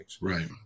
right